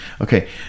okay